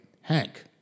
Hank